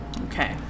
okay